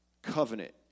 covenant